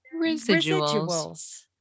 residuals